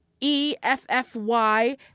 E-F-F-Y